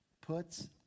puts